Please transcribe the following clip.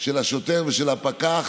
של השוטר ושל הפקח.